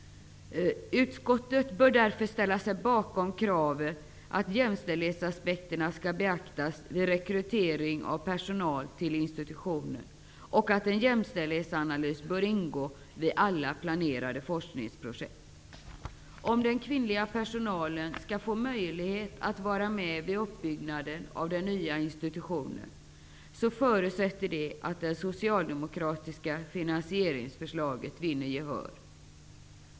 Utskottet bör därför ställa sig bakom kravet att jämställdhetsaspekterna skall beaktas vid rekrytering av personal till institutionen och att en jämställdhetsanalys skall ingå vid alla planerade forskningsprojekt. Om den kvinnliga personalen skall få möjlighet att vara med vid uppbyggnaden av den nya institutionen, förutsätter det att det socialdemokratiska finansieringsförslaget vinner gehör.